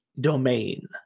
domain